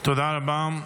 תודה רבה.